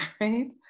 right